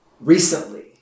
recently